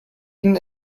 ihnen